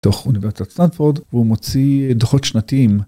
ב‫תוך אוניברסיטת סטנפורד, ‫והוא מוציא דוחות שנתיים.